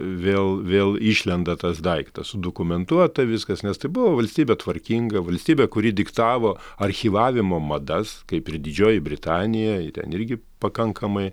vėl vėl išlenda tas daiktas dokumentuota viskas nes tai buvo valstybė tvarkinga valstybė kuri diktavo archyvavimo madas kaip ir didžioji britanija ten irgi pakankamai